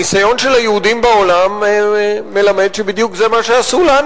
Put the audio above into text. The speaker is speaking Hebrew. הניסיון של היהודים בעולם מלמד שבדיוק זה מה שעשו לנו.